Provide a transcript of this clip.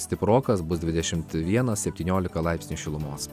stiprokas bus dvidešim vienas septyniolika laipsnių šilumos